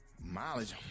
mileage